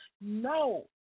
No